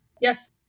Yes